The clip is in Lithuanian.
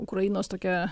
ukrainos tokia